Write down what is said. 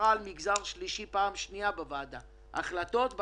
על מגזר שלישי פעם שלישית בוועדה, אבל